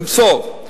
למסור.